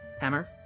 hammer